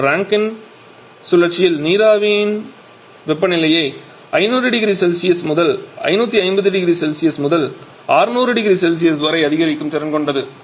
இது ரேங்கின் சுழற்சியில் நீராவியின் வெப்பநிலையை 5000C முதல் 5500C முதல் 600 0C வரை அதிகரிக்கும் திறன் கொண்டது